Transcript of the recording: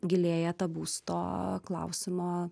gilėja ta būsto klausimo